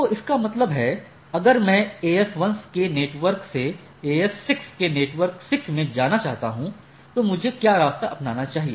तो इसका मतलब है अगर मैं AS1 के नेटवर्क1 से AS6 के नेटवर्क 6 में जाना चाहता हूँ तो मुझे क्या रास्ता अपनाना चाहिए